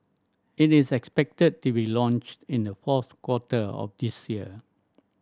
it is expected to be launched in the fourth quarter of this year